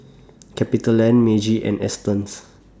CapitaLand Meiji and Astons